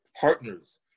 partners